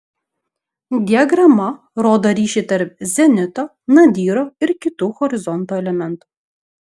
diagrama rodo ryšį tarp zenito nadyro ir kitų horizonto elementų